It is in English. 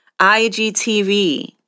IGTV